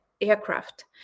aircraft